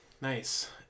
nice